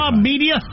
media